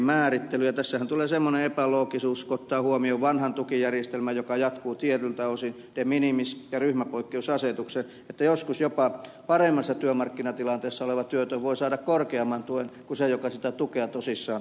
ja tässähän tulee semmoinen epäloogisuus kun ottaa huomioon vanhan tukijärjestelmän joka jatkuu tietyiltä osin de minimis ja ryhmäpoikkeusasetukset että joskus jopa paremmassa työmarkkinatilanteessa oleva työtön voi saada korkeamman tuen kuin se joka sitä tukea tosissaan tarvitsisi